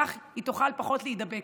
כך היא תוכל פחות להידבק.